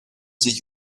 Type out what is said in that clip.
sich